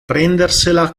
prendersela